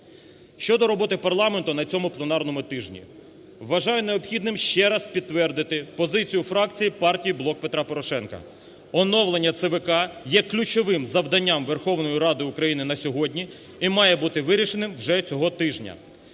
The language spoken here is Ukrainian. Щодо роботи парламенту на цьому пленарному тижні, вважаю необхідним ще раз підтвердити позицію фракції партії "Блок Петра Порошенка": оновлення ЦВК є ключовим завданням Верховної Ради України на сьогодні і має бути вирішеним вже цього тижня.